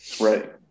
Right